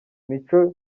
micho